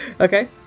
Okay